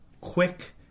quick